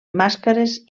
màscares